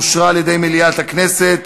אושרה על-ידי מליאת הכנסת,